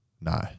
No